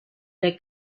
der